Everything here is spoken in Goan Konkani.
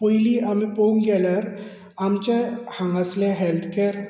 पयलीं आमी पळोवंक गेल्यार आमचे हांगासल्ले हॅल्थ कॅर